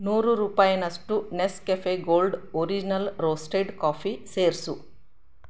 ನೂರು ರೂಪಾಯ್ನಷ್ಟು Nescafe gold original roasted coffee ಸೇರಿಸು